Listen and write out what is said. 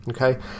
Okay